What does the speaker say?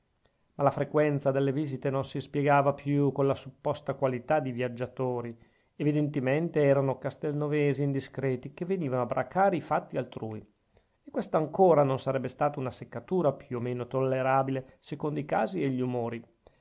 la frequenza delle visite non si spiegava più con la supposta qualità di viaggiatori evidentemente erano castelnovesi indiscreti che venivano a bracare i fatti altrui e questa ancora non sarebbe stata che una seccatura più o meno tollerabile secondo i casi e gli umori